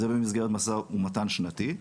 זה במסגרת משא ומתן שנתי,